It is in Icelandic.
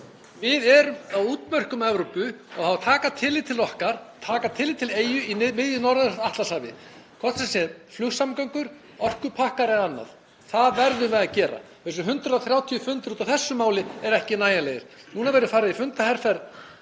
Við erum á útmörkum Evrópu og það á að taka tillit til okkar, taka tillit til eyju í miðju Norður-Atlantshafi, hvort sem það eru flugsamgöngur, orkupakkar eða annað. Það verður að gera. Þessir 130 fundir út af þessu máli eru ekki nægjanlegir. Núna verður farið í fundaherferð